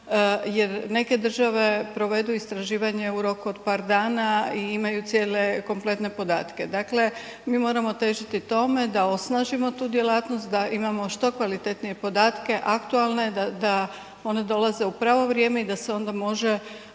jer neke države provedu istraživanje u roku od par dana i imaju cijele kompletne podatke. Dakle, mi moramo težiti tome da osnažimo tu djelatnost da imamo što kvalitetnije podatke, aktualne, da one dolaze u pravo vrijeme i da se onda može